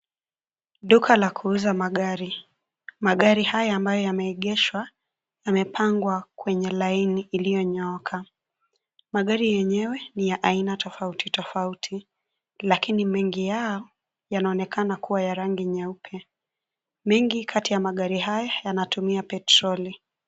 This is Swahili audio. Duka la kuuza magari, magari haya ambayo yameegeshwa, yamepangwa kwenye laini iliyonyooka, magari yenyewe ni ya aina tofauti tofauti, lakini mengi yao, yanaonekana kuwa ya rangi nyeupe, mengi kati ya magari haya, yanatumia petroli.